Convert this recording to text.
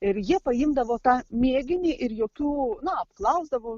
ir jie paimdavo tą mėginį ir jokių na apklausdavo